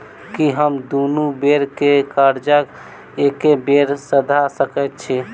की हम दुनू बेर केँ कर्जा एके बेर सधा सकैत छी?